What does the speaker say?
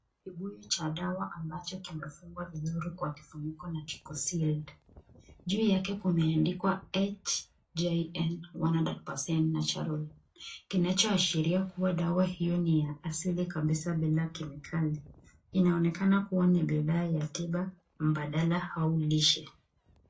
Kibuyu cha dawa ambacho kimefungwa vizuri kwa kifuniko na kiko sealed , juu yake kumeandikwa HJN 100% natural kinachoashiria dawa hiyo ni ya asili kabisa bila kemikali, inaonekana kuwa ni bidhaa ya tiba mbadala au lishe.